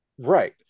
Right